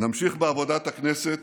נמשיך בעבודת הכנסת